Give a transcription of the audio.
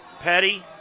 Petty